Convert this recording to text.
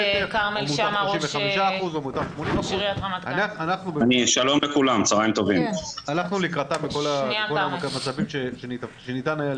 מותר 35% או מותר 80%. הלכנו לקראתם בכל המצבים שניתן היה,